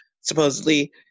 supposedly